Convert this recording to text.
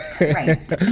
Right